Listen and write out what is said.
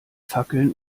fackeln